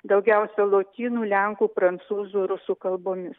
daugiausia lotynų lenkų prancūzų rusų kalbomis